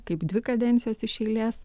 kaip dvi kadencijas iš eilės